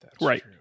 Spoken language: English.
Right